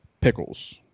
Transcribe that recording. Pickles